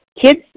kids